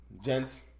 Gents